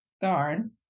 Darn